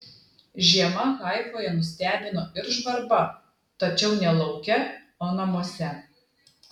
žiema haifoje nustebino ir žvarba tačiau ne lauke o namuose